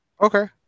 Okay